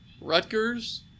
Rutgers